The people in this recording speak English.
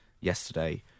yesterday